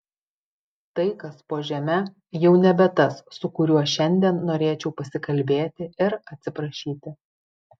tai kas po žeme jau nebe tas su kuriuo šiandien norėčiau pasikalbėti ir atsiprašyti